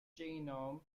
genome